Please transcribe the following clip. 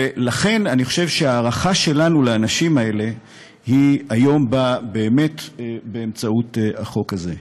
לכן אני חושב שההערכה שלנו לאנשים האלה באה באמצעות החוק הזה.